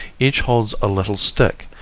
each holds a little stick,